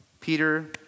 Peter